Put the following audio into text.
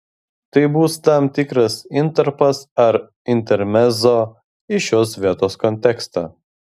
tai bus tam tikras intarpas ar intermezzo į šios vietos kontekstą